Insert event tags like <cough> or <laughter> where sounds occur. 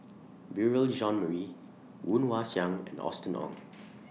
Beurel Jean Marie Woon Wah Siang and Austen Ong <noise>